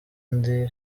ndi